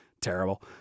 terrible